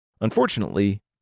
Unfortunately